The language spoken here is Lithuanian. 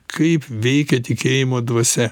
kaip veikia tikėjimo dvasia